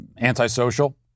antisocial